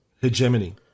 hegemony